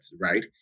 right